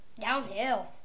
Downhill